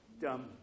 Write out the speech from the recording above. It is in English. dumb